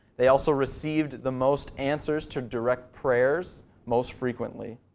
they also received the most answers to direct prayers, most frequently.